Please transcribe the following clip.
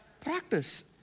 practice